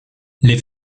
les